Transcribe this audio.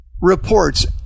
reports